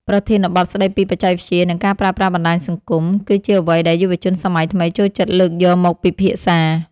ប្រធានបទស្ដីពីបច្ចេកវិទ្យា និងការប្រើប្រាស់បណ្ដាញសង្គម គឺជាអ្វីដែលយុវជនសម័យថ្មីចូលចិត្តលើកយកមកពិភាក្សា។